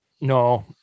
No